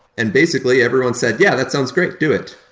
and basically everyone said, yeah, that sounds great. do it.